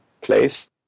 place